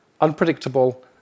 unpredictable